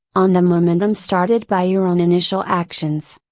on the momentum started by your own initial actions.